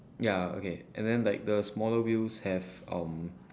ya okay and then like the smaller wheels have um